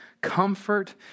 comfort